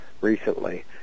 recently